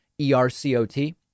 ERCOT